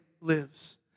lives